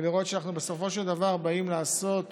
ולראות שאנחנו בסופו של דבר באים לעשות